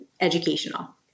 educational